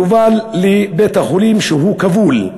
והוא יובל לבית-החולים כשהוא כבול.